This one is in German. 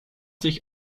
sich